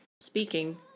Speaking